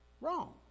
wrong